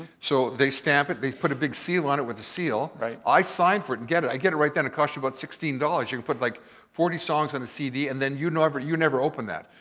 so, they stamp it. they put a big seal on it with the seal. i sign for it and get it. i get it right then. it costs you about sixteen dollars. you can put like forty songs on a cd and then, you never you never open that.